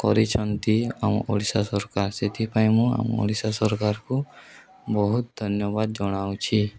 କରିଛନ୍ତି ଆମ ଓଡ଼ିଶା ସରକାର ସେଥିପାଇଁ ମୁଁ ଆମ ଓଡ଼ିଶା ସରକାରକୁ ବହୁତ ଧନ୍ୟବାଦ ଜଣାଉଛି